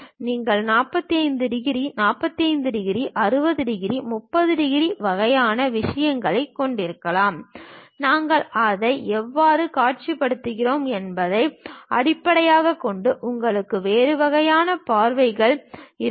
நீங்கள் 45 degree 45 degree 60 degree 30 degree வகையான விஷயங்களைக் கொண்டிருக்கலாம் நாங்கள் அதை எவ்வாறு காட்சிப்படுத்துகிறோம் என்பதை அடிப்படையாகக் கொண்டு உங்களுக்கு வேறு வகையான பார்வைகள் இருக்கும்